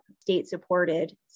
state-supported